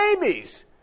babies